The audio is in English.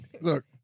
Look